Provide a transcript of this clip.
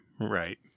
Right